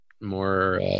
more